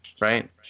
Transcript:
right